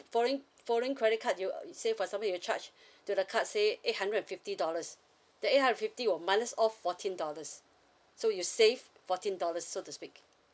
following following credit card you say for example you charge to the card say eight hundred and fifty dollars the eight hundred fifty will minus off fourteen dollars so you save fourteen dollars so to speak